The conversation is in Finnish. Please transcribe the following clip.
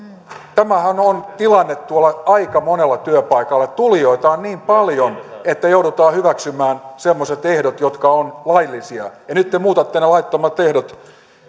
tämähän on tilanne tuolla aika monella työpaikalla tulijoita on niin paljon että joudutaan hyväksymään semmoiset ehdot jotka ovat hädin tuskin laillisia nyt te muutatte ne lailliset ehdot